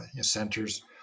centers